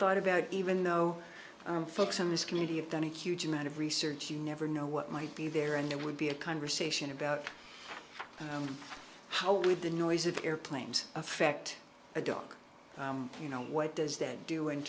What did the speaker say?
thought about even though folks in this community have done a huge amount of research you never know what might be there and there would be a conversation about how would the noise of airplanes affect a dog you know why does that do in